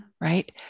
right